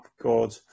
God